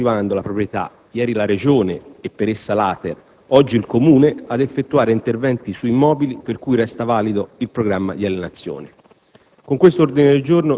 ma al contempo disincentivando la proprietà (ieri la Regione e per essa l'ATER, oggi il Comune) ad effettuare interventi su immobili per cui resta valido il programma di alienazione.